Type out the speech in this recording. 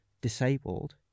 disabled